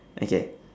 okay